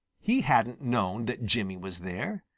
he hadn't known that jimmy was there.